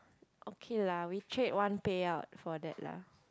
okay lah we trade one payout for that lah